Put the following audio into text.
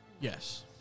Yes